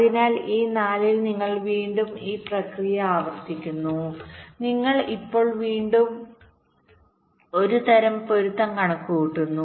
അതിനാൽ ഈ 4 ൽ നിങ്ങൾ വീണ്ടും ഈ പ്രക്രിയ ആവർത്തിക്കുന്നു നിങ്ങൾ ഇപ്പോൾ വീണ്ടും നിങ്ങൾ ഒരുതരം പൊരുത്തം കണക്കുകൂട്ടുന്നു